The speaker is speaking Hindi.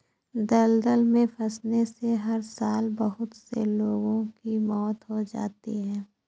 दलदल में फंसने से हर साल बहुत से लोगों की मौत हो जाती है